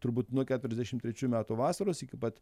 turbūt nuo keturiasdešim trečių metų vasaros iki pat